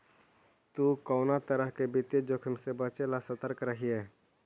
तु कउनो तरह के वित्तीय जोखिम से बचे ला सतर्क रहिये